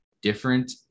different